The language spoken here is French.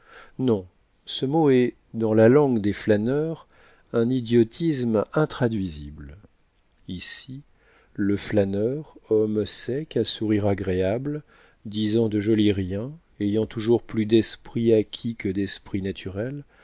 non ce mot est dans la langue des flâneurs un idiotisme intraduisible ici le flâneur homme sec à sourire agréable disant de jolis riens ayant toujours plus d'esprit acquis que d'esprit naturel